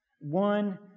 one